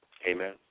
Amen